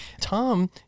Tom